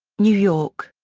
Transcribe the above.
new york.